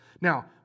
Now